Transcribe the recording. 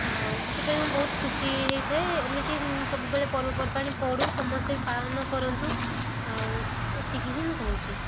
ଆଉ ସେଥିପାଇଁ ମୁଁ ବହୁତ ଖୁସି ହେଇଥାଏ ଏମିତି ସବୁବେଳେ ପର୍ବପର୍ବାଣୀ ପଡ଼ୁ ସମସ୍ତେ ପାଳନ କରନ୍ତୁ ଏତିକି ହିଁ ମୁଁ କହୁଛି